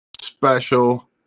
special